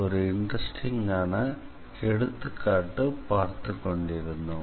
ஒரு இன்ட்ரஸ்டிங்கான எடுத்துக் காட்டை பார்த்துக்கொண்டிருந்தோம்